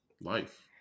life